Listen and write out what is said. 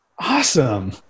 Awesome